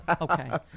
Okay